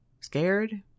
Scared